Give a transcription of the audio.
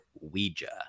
Ouija